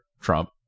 Trump